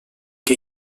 què